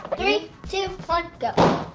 three, two, one, go!